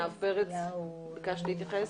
ביקשת להתייחס.